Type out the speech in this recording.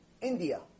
India